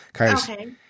Okay